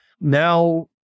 Now